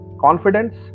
confidence